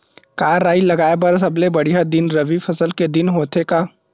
का राई लगाय बर सबले बढ़िया दिन रबी फसल के दिन होथे का?